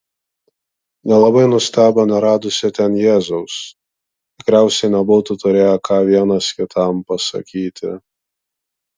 nelabai nustebo neradusi ten jėzaus tikriausiai nebūtų turėję ką vienas kitam pasakyti